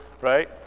right